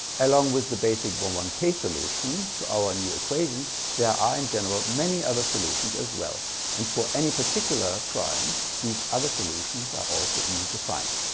along with the basic one one k solution to our new equation there are in general many other solutions as well and for any particular prime these other solutions are also easy to find.